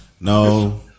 No